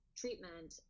treatment